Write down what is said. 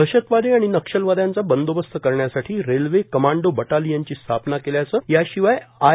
दहशतवादी आणि नक्षलवादयांचा बंदोबस्त करण्यासाठी कोरस रेल्वे कमांडो बटालियनची स्थापना केल्याचं याशिवाय आय